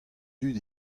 dud